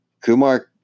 Kumar